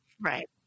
Right